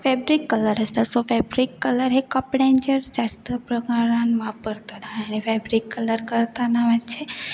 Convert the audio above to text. fabric colour आसता सो fabric colour हे कपड्यांचेर जास्त प्रकारान वापरत आनी फेब्रीक कलर करतना मातशें